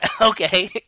Okay